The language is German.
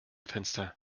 fenster